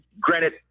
granted